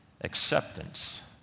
acceptance